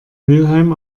mülheim